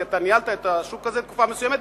כי אתה ניהלת את השוק הזה תקופה מסוימת,